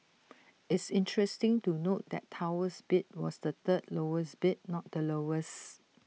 it's interesting to note that Tower's bid was the third lowest bid not the lowest